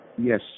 Yes